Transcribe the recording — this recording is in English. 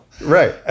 Right